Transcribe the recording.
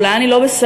אולי אני לא בסדר,